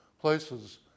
places